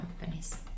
companies